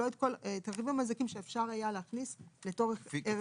את הרכיבים המזכים שאפשר היה להכניס לתוך ערך שעה.